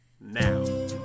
now